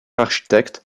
architecte